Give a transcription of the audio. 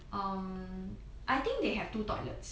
um I think they have two toilets